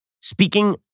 speaking